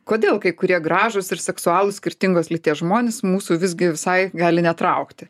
kodėl kai kurie gražūs ir seksualūs skirtingos lyties žmonės mūsų visgi visai gali netraukti